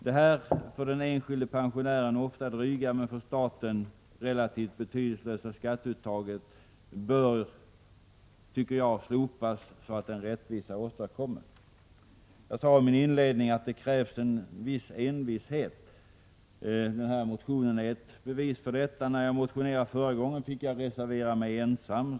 Det här för den enskilde pensionären ofta dryga men för staten relativt betydelselösa skatteuttaget bör, enligt min mening, slopas, så att rättvisa åstadkommes. I inledningen sade jag att det krävs en viss envishet. Motionen är ett bevis på detta. När jag motionerade förra gången fick jag reservera mig ensam.